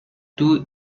two